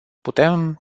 putem